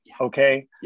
okay